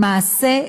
למעשה,